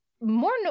more